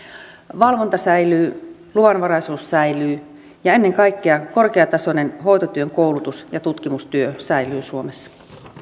valvonta säilyy luvanvaraisuus säilyy ja ennen kaikkea korkeatasoinen hoitotyön koulutus ja tutkimustyö säilyy suomessa